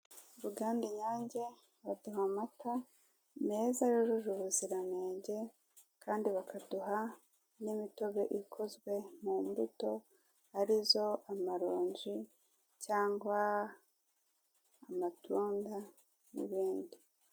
Uruganda Inyange ruduha amata meza yujuje ubuziranenge, kandi bakaduha n'imitobe ikozwe mu mbuto arizo amaronji, cyangwa amatunda, n'ibindi.